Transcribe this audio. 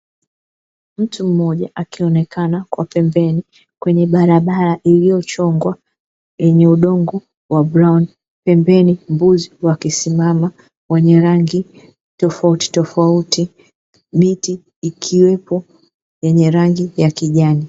Mtu mmoja akionekana kwa pembeni kwenye barabara iliyochongwa yenye udongo wa brauni pembeni mbuzi wakisimama wenye rangi tofautitofauti miti ikiwepo yenye rangi ya kijani.